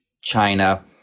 China